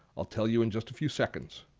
i'll tell you in just a few seconds.